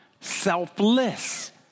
Selfless